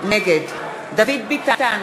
נגד דוד ביטן,